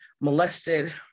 molested